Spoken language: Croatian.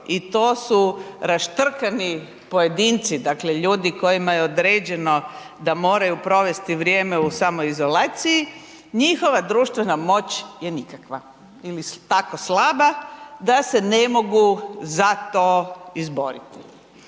i to su raštrkani pojedinci, dakle ljudi kojima je određeno da moraju provesti vrijeme u samoizolaciji, njihova društvena moć je nikakva. Ili tako slaba da se ne mogu za to izboriti.